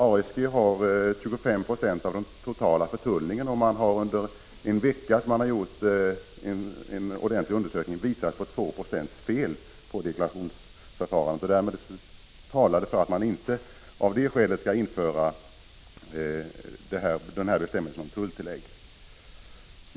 ASG har 25 96 av den totala förtullningen. Undersökningen, som omfattade en vecka, visade på 2 9o feli deklarationsförfarandet. Det talar för att man inte av det skälet skall införa bestämmelsen om tulltillägg.